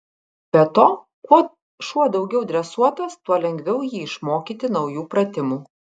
be to kuo šuo daugiau dresuotas tuo lengviau jį išmokyti naujų pratimų